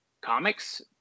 comics